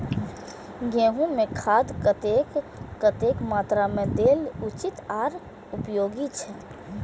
गेंहू में खाद कतेक कतेक मात्रा में देल उचित आर उपयोगी छै?